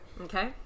Okay